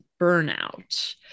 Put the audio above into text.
Burnout